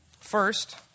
first